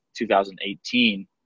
2018